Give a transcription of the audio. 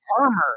armor